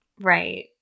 Right